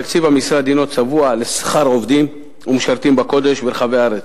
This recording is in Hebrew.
תקציב המשרד צבוע לשכר עובדים ומשרתים בקודש ברחבי הארץ,